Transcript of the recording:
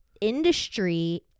industry